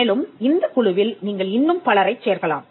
மேலும் இந்த குழுவில் நீங்கள் இன்னும் பலரைச் சேர்க்கலாம்